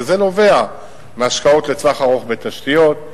וזה נובע מהשקעות לטווח ארוך בתשתיות,